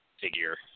figure